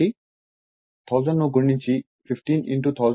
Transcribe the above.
కాబట్టి 1000 ను గుణించి 15 1000 1 2 Wi 0